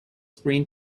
screen